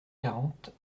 quarante